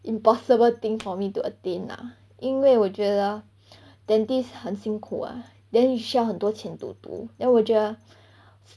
impossible thing for me to attain lah 因为我觉得 dentist 很辛苦 ah then 需要很多钱 to 读 then 去我觉得